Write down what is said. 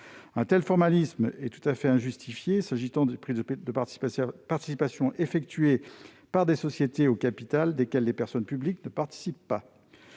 Un tel formalisme est tout à fait injustifié, s'agissant de prises de participation effectuées par des sociétés au capital desquelles des personnes publiques ne participent pas.